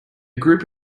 group